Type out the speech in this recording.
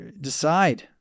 decide